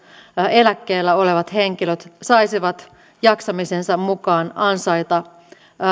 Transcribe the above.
eläkkeellä olevat henkilöt saisivat jaksamisensa mukaan ansaita